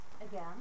again